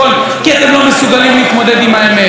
כי אתם לא מסוגלים להתמודד עם האמת,